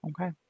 okay